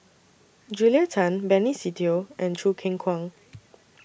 Julia Tan Benny Se Teo and Choo Keng Kwang